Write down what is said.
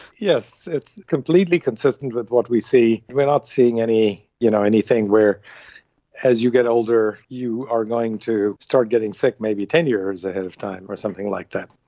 yes, it's completely consistent with what we see. we are not seeing you know anything where as you get older you are going to start getting sick maybe ten years ahead of time or something like that.